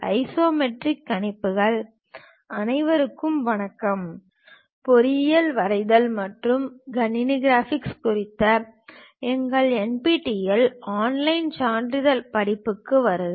isometric கணிப்புகள் போட்டி அனைவருக்கும் வணக்கம் பொறியியல் வரைதல் மற்றும் கணினி கிராபிக்ஸ் குறித்த எங்கள் NPTEL ஆன்லைன் சான்றிதழ் படிப்புகளுக்கு வருக